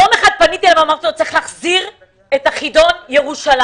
יום אחד פניתי אליו ואמרתי שצריך להחזיר את חידון ירושלים.